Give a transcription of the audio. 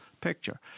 picture